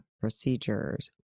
procedures